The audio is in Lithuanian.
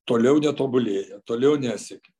toliau netobulėja toliau nesiekia